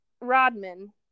Rodman